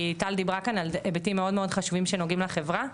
כי טל דיברה כאן על היבטים מאוד מאוד חשובים שנוגעים לחברה.